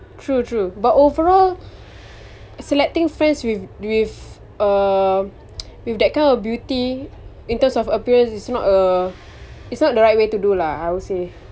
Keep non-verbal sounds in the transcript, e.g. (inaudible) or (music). true true but overall (noise) selecting friends with with uh with that kind of beauty in terms of appearance is not uh it's not the right way to do lah I would say